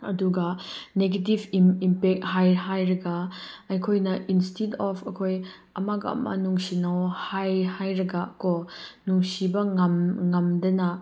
ꯑꯗꯨꯒ negative impact ꯍꯥꯏ ꯍꯥꯏꯔꯒ ꯑꯩꯈꯣꯏꯅ ꯏꯟꯁꯇꯤꯠ ꯑꯣꯐ ꯑꯩꯈꯣꯏ ꯑꯃꯒ ꯑꯃ ꯅꯨꯡꯁꯤꯅꯧ ꯍꯥꯏ ꯍꯥꯏꯔꯒ ꯀꯣ ꯅꯨꯡꯁꯤꯕ ꯉꯝꯗꯅ